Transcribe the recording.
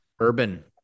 Urban